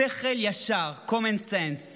שכל ישר, common sense.